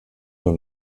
nur